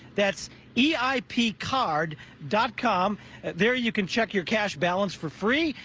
that's the i p card dot com there you can check your cash balance for free.